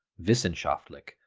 wissenschaftlich,